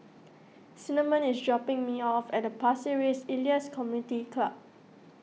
Cinnamon is dropping me off at Pasir Ris Elias Community Club